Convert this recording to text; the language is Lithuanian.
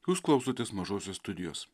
jūs klausotės mažosios studijos